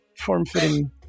form-fitting